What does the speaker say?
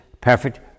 perfect